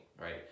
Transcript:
right